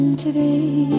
today